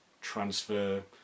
transfer